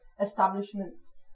establishments